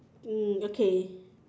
um okay